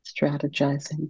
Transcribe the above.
strategizing